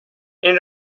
این